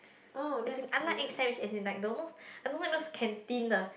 as in I like egg sandwich as in like tho~ I don't like those canteen the